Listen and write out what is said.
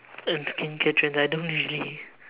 and skincare trends I don't usually